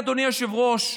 אדוני היושב-ראש,